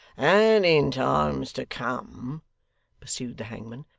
and in times to come pursued the hangman,